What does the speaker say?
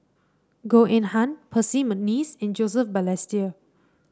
Goh Eng Han Percy McNeice and Joseph Balestier